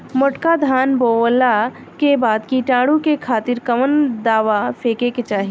मोटका धान बोवला के बाद कीटाणु के खातिर कवन दावा फेके के चाही?